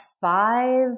five